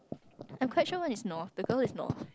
I'm quite sure one is north the girl is north